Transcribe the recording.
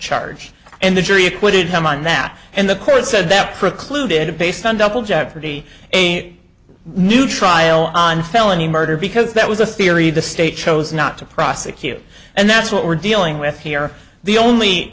charge and the jury acquitted him on that and the court said that precluded based on double jeopardy a new trial on felony murder because that was a theory the state chose not to prosecute and that's what we're dealing with here the only